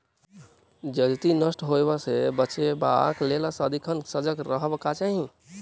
जजति नष्ट होयबा सँ बचेबाक लेल सदिखन सजग रहबाक चाही